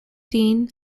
dean